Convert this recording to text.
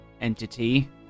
entity